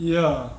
ya